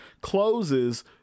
closes